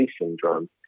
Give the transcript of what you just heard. syndrome